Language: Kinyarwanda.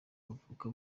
bavuka